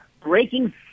breaking